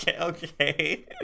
okay